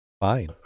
fine